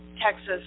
Texas